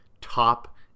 top